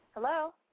hello